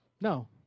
No